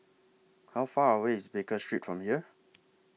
How Far away IS Baker Street from here